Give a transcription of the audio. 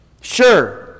sure